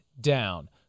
down